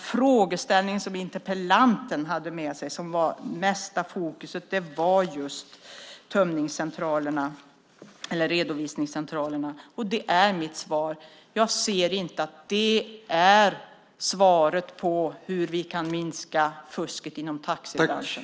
Fokus i interpellantens frågeställning låg på tömningscentralerna eller redovisningscentralerna. Mitt svar är att jag inte ser det som ett svar på hur vi kan minska fusket i taxibranschen.